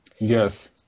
Yes